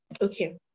Okay